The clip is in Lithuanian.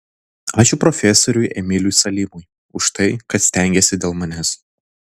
ačiū profesoriui emiliui salimui už tai kad stengėsi dėl manęs